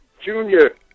Junior